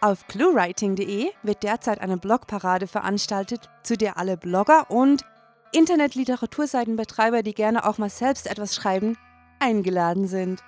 Auf cluewriting.de wird derzeit eine Blogparade veranstaltet, zu der alle Blogger und Internetliteraturseitenbetreiber, die gerne auch mal selbst etwas schreiben, eingeladen sind.